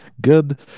good